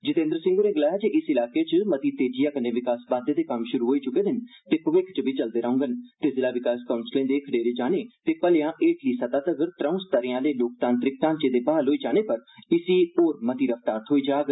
जितेन्द्र सिंह होरें गलाया जे इस इलाके च मती तेजिया कन्ने विकास बाद्दे दे कम्म श्रु होई च्के दे न ते भविक्ख च बी चलदे रौहगंन ते जिला विकास काउंसलें दे खडेरे जाने ते भलेया हेठली सतह तगर त्रो स्तरें आले लोकें तांत्रिक ढांचे दे बहाल होई जाने पर इस रफ्तार च होर बी तेजी औग